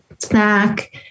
snack